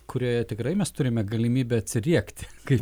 kurioje tikrai mes turime galimybę atsiriekti kaip